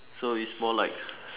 so it's more like